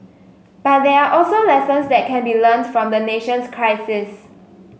but there are also lessons that can be learnt from the nation's crisis